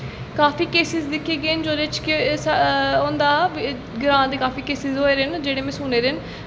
काफी केसिस दिक्खे गे न कि जेह्दे च एह् होंदा ग्रांऽ दे काफी केसिस होए दे न में सुनें दे न